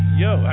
yo